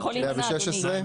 116?